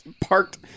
parked